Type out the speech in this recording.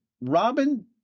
Robin